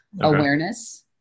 Awareness